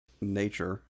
nature